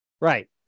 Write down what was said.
Right